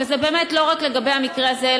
וזה באמת לא רק לגבי המקרה הזה,